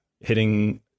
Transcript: hitting